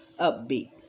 upbeat